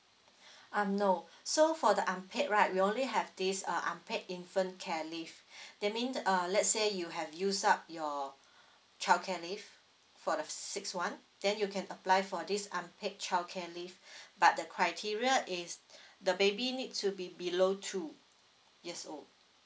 um no so for the unpaid right we only have this uh unpaid infant care leave that means uh let's say you have use up your childcare leave for the six [one] then you can apply for this unpaid childcare leave but the criteria is the baby need to be below two years old